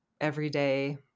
everyday